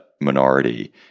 minority